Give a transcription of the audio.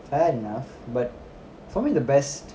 fair enough but for me the best